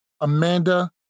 Amanda